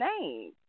name